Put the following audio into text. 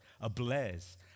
ablaze